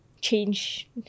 change